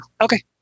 Okay